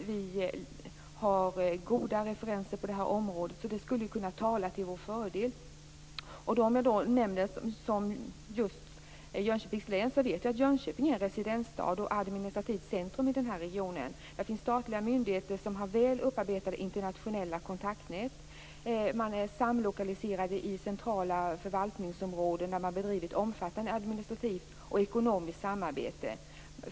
Vi har goda referenser på det här området. Det skulle kunna tala till vår fördel. Jönköping är en residensstad och ett administrativt centrum i Jönköpings län. Där finns statliga myndigheter som har väl upparbetade internationella kontaktnät. Man är samlokaliserad i centrala förvaltningsområden där man har bedrivit omfattande administrativt och ekonomiskt samarbete.